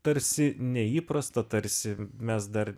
tarsi neįprasta tarsi mes dar